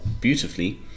beautifully